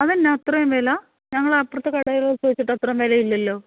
അതെന്താ അത്രയും വില ഞങ്ങള് അപ്പുറത്തെ കടയില് ചോദിച്ചിട്ട് അത്രയും വിലയില്ലല്ലോ